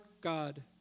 God